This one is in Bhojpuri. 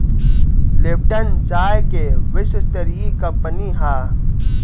लिप्टन चाय के विश्वस्तरीय कंपनी हअ